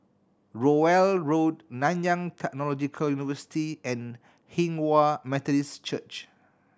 Rowell Road Nanyang Technological University and Hinghwa Methodist Church